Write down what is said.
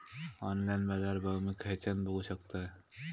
Online बाजारभाव मी खेच्यान बघू शकतय?